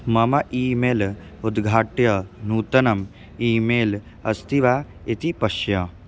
मम email उद्घाट्य नूतनम् ई मेल् अस्ति वा इति पश्य